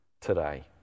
today